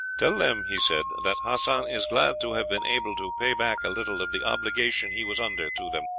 tell them, he said, that hassan is glad to have been able to pay back a little of the obligation he was under to them.